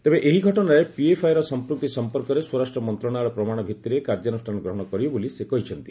ତେବେ ଏହି ଘଟଣାରେ ପିଏଫ୍ଆଇର ସମ୍ପୁକ୍ତି ସମ୍ପର୍କରେ ସ୍ୱରାଷ୍ଟ୍ର ମନ୍ତ୍ରଣାଳୟ ପ୍ରମାଣ ଭିତ୍ତିରେ କାର୍ଯ୍ୟାନୁଷ୍ଠାନ ଗ୍ରହଣ କରିବ ବୋଲି ସେ କହିଛନ୍ତି